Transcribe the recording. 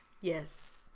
Yes